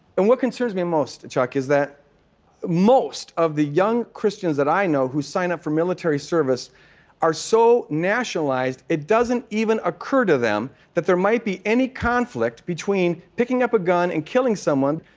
and what concerns me most, chuck, is that most of the young christians that i know who sign up for military service are so nationalized it doesn't even occur to them that there might be any conflict between picking up a gun and killing someone,